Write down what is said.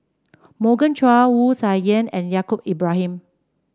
Morgan Chua Wu Tsai Yen and Yaacob Ibrahim